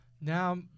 Now